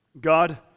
God